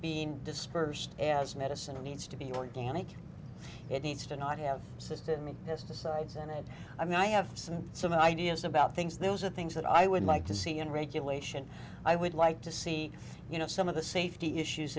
being dispersed as medicine needs to be organic it needs to not have system in this decides and i mean i have some some ideas about things those are things that i would like to see and regulation i would like to see you know some of the safety issues